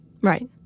Right